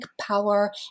power